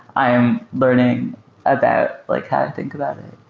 i am learning about like how to think about it.